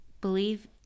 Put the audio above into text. believe